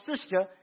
sister